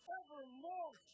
evermore